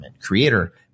creator